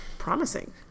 promising